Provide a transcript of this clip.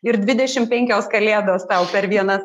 ir dvidešim penkios kalėdos tau per vienas